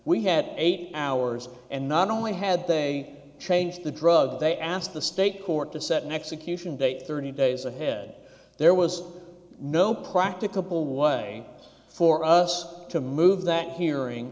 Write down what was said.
we had eight hours and not only had they changed the drug they asked the state court to set an execution date thirty days ahead there was no practicable way for us to move that hearing